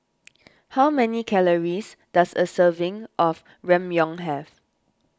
how many calories does a serving of Ramyeon have